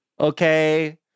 Okay